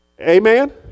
Amen